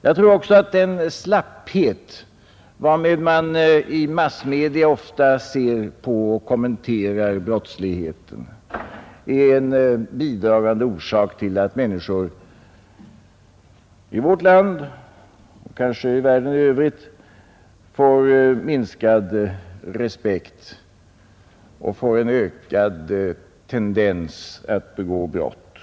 Jag tror också att den slapphet varmed man i massmedierna ofta ser på och kommenterar brottsligheten är en bidragande orsak till att människor i vårt land, kanske också i världen i övrigt, får minskad respekt för lagarna och en ökad benägenhet att begå brott.